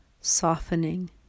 softening